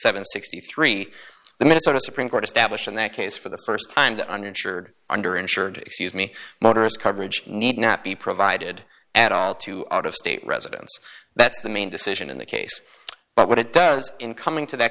and sixty three the minnesota supreme court established in that case for the st time the uninsured under insured excuse me motorist coverage need not be provided at all to out of state residents that the main decision in the case but what it does in coming to that